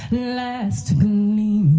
last